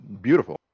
beautiful